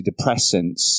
antidepressants